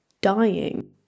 dying